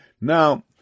now